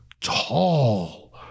tall